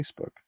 Facebook